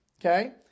Okay